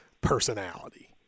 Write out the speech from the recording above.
personality